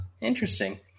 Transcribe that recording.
interesting